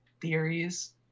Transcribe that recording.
theories